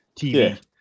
TV